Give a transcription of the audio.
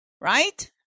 right